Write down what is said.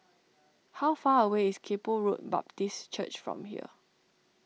how far away is Kay Poh Road Baptist Church from here